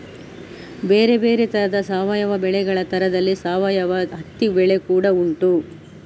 ಬೇರೆ ಬೇರೆ ತರದ ಸಾವಯವ ಬೆಳೆಗಳ ತರದಲ್ಲಿ ಸಾವಯವ ಹತ್ತಿ ಬೆಳೆ ಕೂಡಾ ಉಂಟು